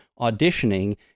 auditioning